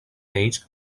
ells